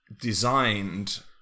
Designed